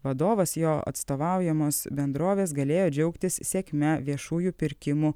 vadovas jo atstovaujamos bendrovės galėjo džiaugtis sėkme viešųjų pirkimų